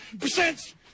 percent